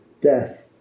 death